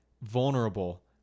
Vulnerable